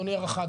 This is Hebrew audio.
אדוני הרח"ט,